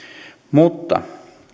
mutta